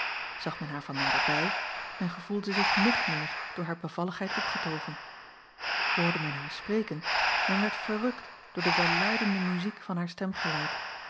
zag men haar van naderbij men gevoelde zich nog meer door haar bevalligheid opgetogen hoorde men haar spreken men werd verrukt door de welluidende muziek van haar stemgeluid